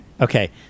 Okay